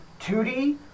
2D